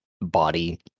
body